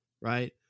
right